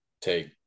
take